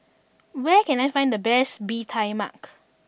where can I find the best Bee Tai Mak